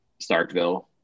Starkville